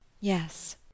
Yes